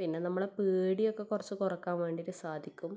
പിന്നെ നമ്മള പേടിയൊക്കെ കുറച്ച് കുറയ്ക്കാൻ വേണ്ടിയൊക്കെ സാധിക്കും